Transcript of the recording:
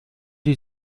sie